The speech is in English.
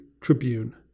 Tribune